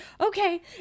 okay